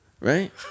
right